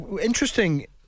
Interesting